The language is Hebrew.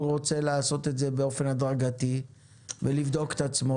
הוא רוצה לעשות את זה באופן הדרגתי ולבדוק את עצמו